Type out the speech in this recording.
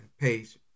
Page